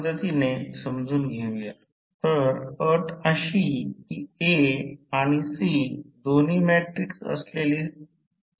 म्हणूनच म्हणजे एक साधी भूमिती आहे यामुळे या सर्व गोष्टी निर्माण होऊ शकतात